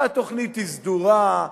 והתוכנית סדורה,